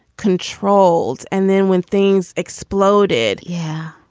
controlled. and then when things exploded. yeah,